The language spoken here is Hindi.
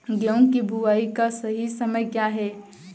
गेहूँ की बुआई का सही समय क्या है?